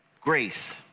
Grace